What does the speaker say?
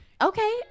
okay